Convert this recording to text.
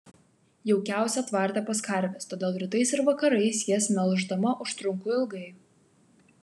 jaukiausia tvarte pas karves todėl rytais ir vakarais jas melždama užtrunku ilgai